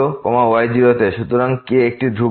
সুতরাং এই k একটি ধ্রুবক